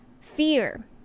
fear